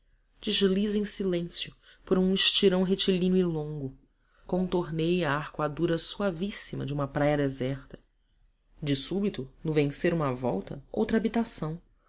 desliza em silêncio por um estirão retilíneo e longo contorneia a arqueadura suavíssima de uma praia deserta de súbito no vencer uma volta outra habitação